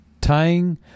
tying